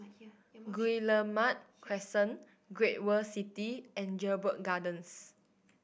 Guillemard Crescent Great World City and Jedburgh Gardens